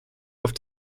auf